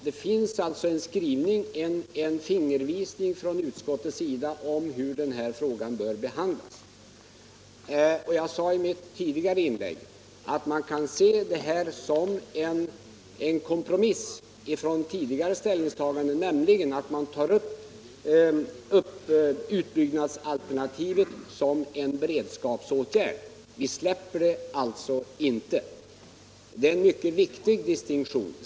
Det finns alltså en fingervisning från utskottets sida om hur frågan bör behandlas. Jag sade i mitt tidigare Upprustning och inlägg att man kan se detta — nämligen att ta upp utbyggnadsalternativet utbyggnad av Göta som en beredskapsåtgärd — som en kompromiss jämfört med tidigare kanal ställningstagande. Vi släpper alltså inte frågan. Det är en mycket viktig distinktion.